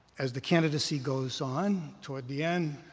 as the candidacy goes on toward the end,